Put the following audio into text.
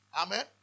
Amen